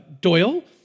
Doyle